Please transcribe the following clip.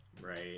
right